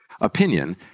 opinion